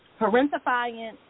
parentifying